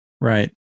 Right